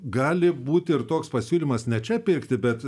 gali būti ir toks pasiūlymas ne čia pirkti bet